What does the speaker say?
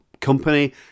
company